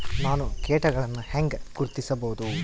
ನಾವು ಕೇಟಗಳನ್ನು ಹೆಂಗ ಗುರ್ತಿಸಬಹುದು?